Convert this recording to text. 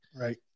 Right